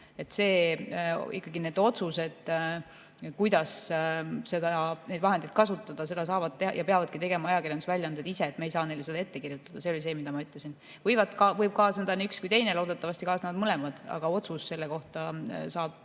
selliseid asju. Otsused, kuidas neid vahendeid kasutada, saavad ikkagi teha ja peavadki tegema ajakirjandusväljaanded ise, me ei saa neile seda ette kirjutada. See oli see, mida ma ütlesin. Võib kaasneda nii üks kui ka teine, loodetavasti kaasnevad mõlemad, aga otsuse selle kohta saab